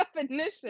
definition